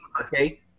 Okay